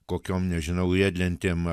kokiom nežinau riedlentėm